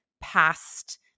past